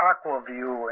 Aquaview